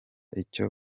icyo